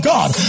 God